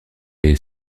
est